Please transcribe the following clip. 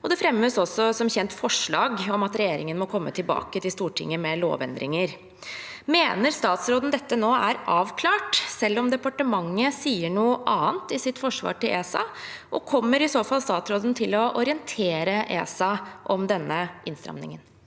det fremmes som kjent også forslag om at regjeringen må komme tilbake til Stortinget med lovendringer. Mener statsråden dette nå er avklart, selv om departementet sier noe annet i sitt forsvar til ESA, og kommer i så fall statsråden til å orientere ESA om denne innstramningen?